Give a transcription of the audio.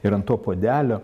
ir ant to puodelio